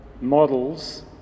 models